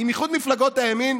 עם איחוד מפלגות הימין,